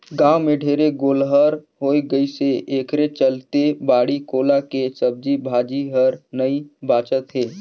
गाँव में ढेरे गोल्लर होय गइसे एखरे चलते बाड़ी कोला के सब्जी भाजी हर नइ बाचत हे